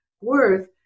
worth